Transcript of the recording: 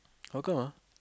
how come ah